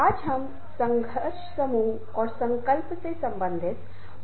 आज इस विशेष सॉफ्ट स्किल के पाठ्यक्रम का अंतिम सत्र है